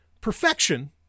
Perfection